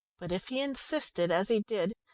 but if he insisted, as he did,